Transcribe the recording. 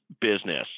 business